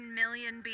million